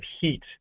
heat